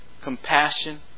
compassion